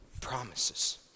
promises